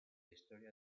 historia